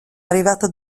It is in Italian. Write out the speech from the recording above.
arrivata